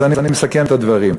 אז אני מסכם את הדברים.